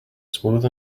smooth